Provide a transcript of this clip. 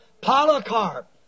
Polycarp